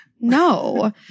No